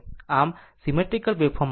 આમ symmetrical waveform માટે છે